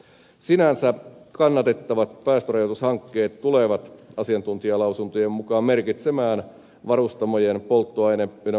sinänsä kannatettavat päästörajoitushankkeet tulevat asiantuntijalausuntojen mukaan merkitsemään varustamojen polttoaine ynnä muuta